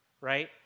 right